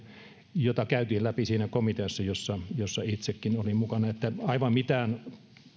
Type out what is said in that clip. joita käytiin läpi siinä komiteassa jossa jossa itsekin olin mukana eli aivan mitään